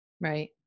Right